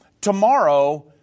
Tomorrow